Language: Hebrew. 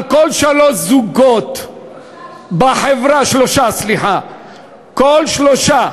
על כל שלושה זוגות בחברה, על כל שלושה